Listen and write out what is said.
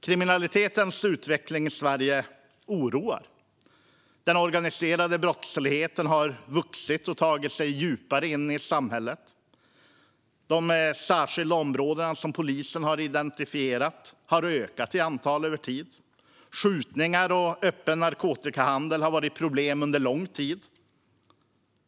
Kriminalitetens utveckling i Sverige oroar. Den organiserade brottsligheten har vuxit och tagit sig djupare in i samhället. De särskilt utsatta områden som polisen har identifierat har ökat i antal över tid. Skjutningar och öppen narkotikahandel har varit problem under lång tid.